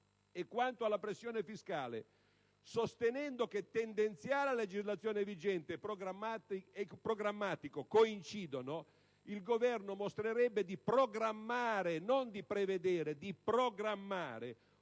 E quanto alla pressione fiscale, sostenendo che il tendenziale a legislazione vigente e programmatico coincidono, il Governo mostrerebbe di programmare (e non di prevedere) un aumento